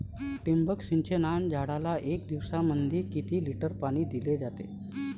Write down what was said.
ठिबक सिंचनानं झाडाले एक दिवसामंदी किती लिटर पाणी दिलं जातं?